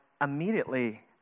immediately